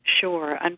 Sure